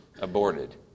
aborted